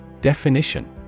Definition